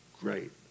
great